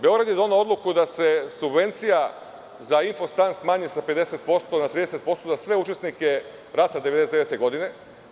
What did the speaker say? Beograd je doneo odluku da se subvencija za infostan smanji sa 50% na 30% za sve učesnike rata 1999. godine.